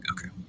Okay